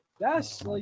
Yes